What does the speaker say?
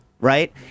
right